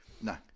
No